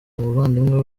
umuvandimwe